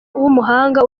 w’umuhanga